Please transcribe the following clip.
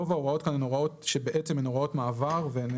רוב ההוראות כאן הן בעצם הוראות מעבר והן